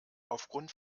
aufgrund